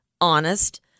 honest